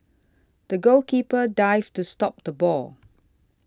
the goalkeeper dived to stop the ball